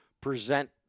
present